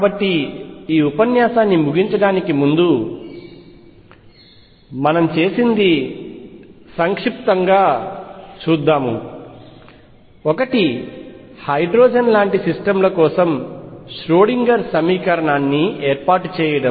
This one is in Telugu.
కాబట్టి ఈ ఉపన్యాసాన్ని ముగించడానికి ముందు మనము చేసినది సంక్షిప్తంగా చూద్దాము ఒకటి హైడ్రోజన్లాంటి సిస్టమ్ ల కోసం ష్రోడింగర్ సమీకరణాన్ని ఏర్పాటు చేయడం